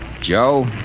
Joe